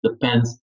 depends